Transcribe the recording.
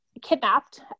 kidnapped